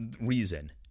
reason